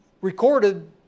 recorded